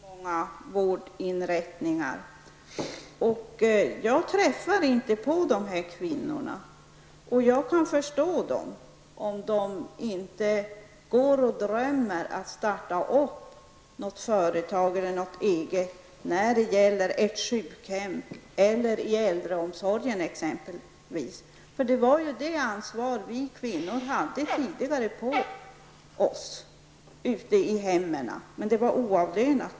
Herr talman! Till Ulla Orring vill jag säga att jag har varit ute på många vårdinrättningar, och jag har inte träffat på några kvinnor där som vill starta eget. Och jag kan förstå dem, om de inte går och drömmer om att starta eget företag i form av ett sjukhem eller i exempelvis äldreomsorgen. Ansvaret för att ta hand om sjuka och gamla vilade tidigare på oss kvinnor i hemmen, men arbetet var då oavlönat.